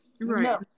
Right